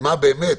מה באמת,